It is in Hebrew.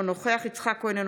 אינו נוכח יצחק כהן,